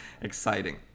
exciting